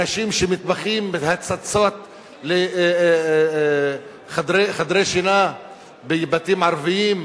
אנשים שמתמחים בהצצות לחדרי שינה בבתים ערביים,